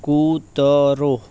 કૂતરો